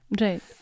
Right